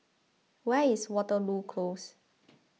where is Waterloo Close